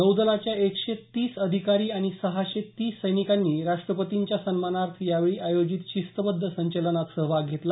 नौदलाच्या एकशे तीस अधिकाऱी आणि सहाशे तीस सैनिकांनी राष्टपतींच्या सन्मानार्थ यावेळी आयोजित शिस्तबद्ध संचलनात सहभाग घेतला